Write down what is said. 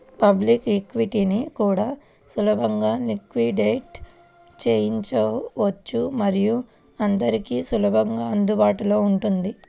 public ఈక్విటీని కూడా సులభంగా లిక్విడేట్ చేయవచ్చు మరియు అందరికీ సులభంగా అందుబాటులో ఉంటుంది